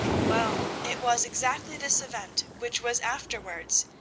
well, it was exactly this event which was afterwards,